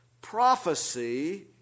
prophecy